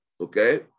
okay